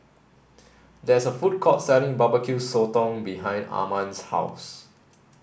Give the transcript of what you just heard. there is a food court selling Barbecue Sotong behind Arman's house